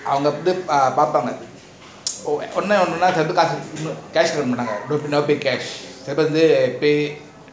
அவங்க வந்து பாப்பாங்க னி ஒன்னு என்னனா காசு எடுக்க மாட்டாங்க:avanga vanthu paapanga oney onu ennana kaasu eaduka maatanga they'll never pay cash they'll pay